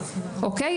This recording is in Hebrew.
אוקיי?